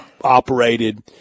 operated